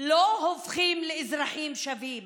לא הופכים לאזרחים שווים,